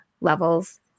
levels